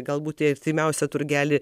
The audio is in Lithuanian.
galbūt į artimiausią turgelį